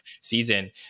season